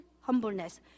humbleness